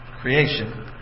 creation